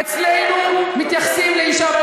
אצלנו מתייחסים לאישה,